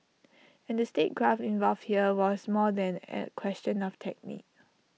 and the statecraft involved here was more than A question of technique